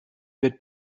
wird